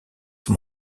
son